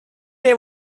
they